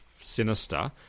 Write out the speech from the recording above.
sinister